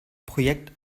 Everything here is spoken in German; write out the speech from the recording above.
projekt